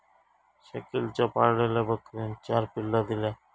शकिलच्या पाळलेल्या बकरेन चार पिल्ला दिल्यान